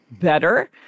Better